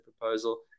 proposal